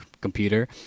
computer